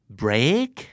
break